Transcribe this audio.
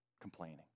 complaining